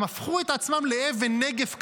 הם הפכו את עצמם לאבן נגף כזו,